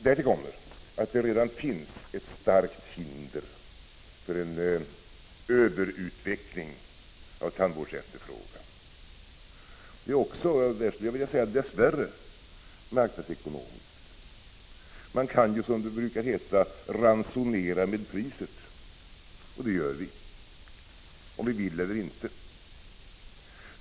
Därtill kommer att det redan finns ett starkt hinder för en överutveckling av tandvårdsefterfrågan. Också det är — här skulle jag vilja säga dess värre — marknadsekonomiskt. Man kan ju, som det brukar heta, ransonera med priset; det gör vi vare sig vi vill eller inte.